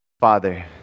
Father